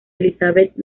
elizabeth